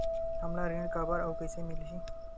हमला ऋण काबर अउ कइसे मिलही?